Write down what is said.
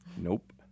Nope